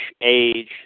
age